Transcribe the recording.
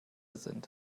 sind